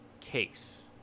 Case